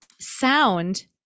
sound